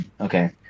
Okay